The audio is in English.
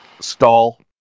stall